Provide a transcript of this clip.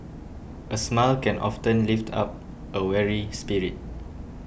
a smile can often lift up a weary spirit